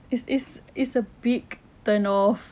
it's it's it's a big kind of